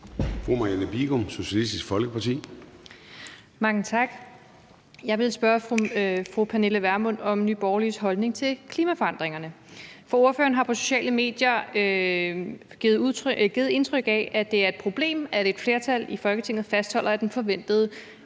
Marianne Bigum (SF): Mange tak. Jeg vil spørge fru Pernille Vermund om Nye Borgerliges holdning til klimaforandringerne. For ordføreren har på sociale medier givet indtryk af, at det er et problem, at et flertal i Folketinget fastholder, at den forventede